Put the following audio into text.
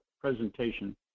presentation